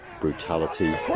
brutality